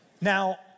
Now